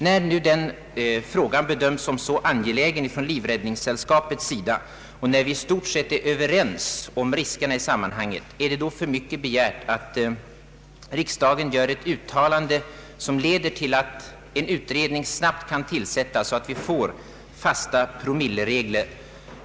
När nu den frågan anses så viktig från Svenska livräddningssällskapets sida och när vi i stort sett är överens om riskerna i sammanhanget, är det då för mycket begärt att riksdagen gör ett uttalande som leder till att en utredning snabbt kan tillsättas, så att vi får fasta promilleregler?